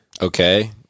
Okay